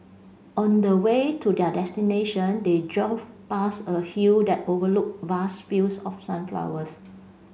on the way to their destination they drove past a hill that overlooked vast fields of sunflowers